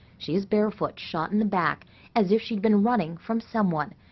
she is barefoot, shot in the back as if she'd been running from someone.